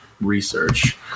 research